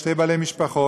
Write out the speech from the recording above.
שני בעלי משפחות.